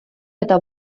eta